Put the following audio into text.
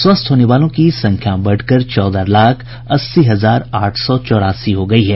स्वस्थ होने वालों की संख्या बढ़कर चौदह लाख अस्सी हजार आठ सौ चौरासी हो गयी है